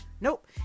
Nope